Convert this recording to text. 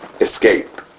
escape